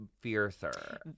fiercer